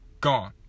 gone